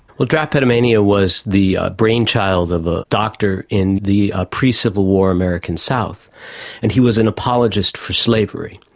well, drapetomania was the brainchild of a doctor in the pre-civil war american south and he was an apologist for slavery.